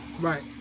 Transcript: Right